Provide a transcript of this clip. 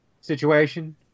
situation